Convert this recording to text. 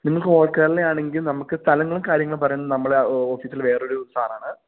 നിങ്ങൾക്ക് ഓൾ കേരളയാണെങ്കിൽ നമുക്ക് സ്ഥലങ്ങളും കാര്യങ്ങളും പറയുന്നത് നമ്മുടെ ഓഫീസിൽ വേറെയൊരു സാറാണ്